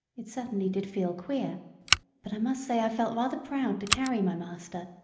it certainly did feel queer but i must say i felt rather proud to carry my master,